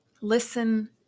listen